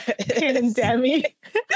pandemic